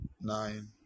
nine